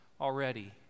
already